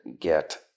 get